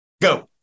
Go